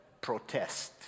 protest